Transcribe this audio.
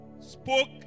spoke